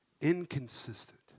inconsistent